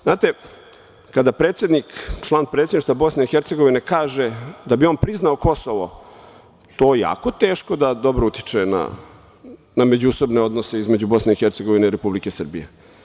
Znate, kada predsednik, član predsedništva BiH, kaže da bi on priznao Kosovo, to jako teško da dobro utiče na međusobne odnose između BiH i Republike Srbije.